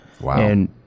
Wow